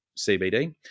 CBD